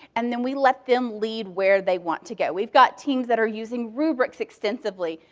and then we let them lead where they want to go. we've got teams that are using rubrics extensively,